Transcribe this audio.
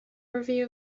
review